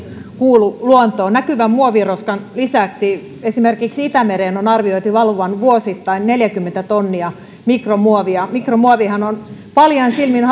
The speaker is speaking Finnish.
kuulu luontoon näkyvän muoviroskan lisäksi esimerkiksi itämereen on arvioitu valuvan vuosittain neljäkymmentä tonnia mikromuovia mikromuovihan on paljain silmin